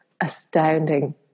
astounding